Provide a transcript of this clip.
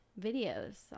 videos